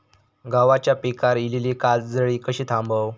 गव्हाच्या पिकार इलीली काजळी कशी थांबव?